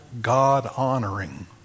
God-honoring